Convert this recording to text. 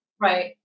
Right